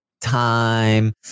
time